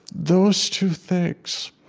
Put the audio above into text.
those two things